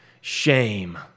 Shame